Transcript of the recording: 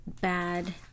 bad